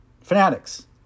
fanatics